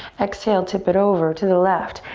exhale, tip it over to the left.